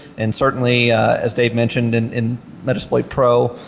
and certainly as dave mentioned and in pro,